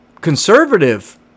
conservative